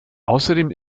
außerdem